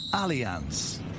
Alliance